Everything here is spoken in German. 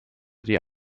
die